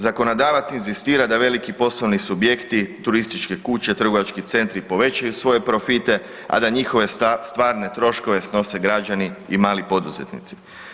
Zakonodavac inzistira da veliki poslovni subjekti, turističke kuće, trgovački centri povećaju svoje profite, a da njihove stvarne troškove snose građani i mali poduzetnici.